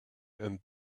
and